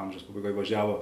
amžiaus pabaigoj važiavo